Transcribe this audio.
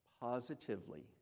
positively